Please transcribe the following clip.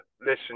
listen